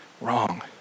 Wrong